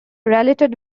related